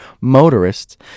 motorists